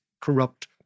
corrupt